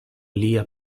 lia